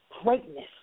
greatness